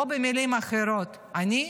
או במילים אחרות: אני?